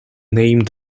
named